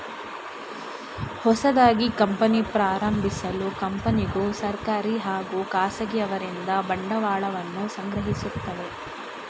ಹೊಸದಾಗಿ ಕಂಪನಿ ಪ್ರಾರಂಭಿಸಲು ಕಂಪನಿಗೂ ಸರ್ಕಾರಿ ಹಾಗೂ ಖಾಸಗಿ ಅವರಿಂದ ಬಂಡವಾಳವನ್ನು ಸಂಗ್ರಹಿಸುತ್ತದೆ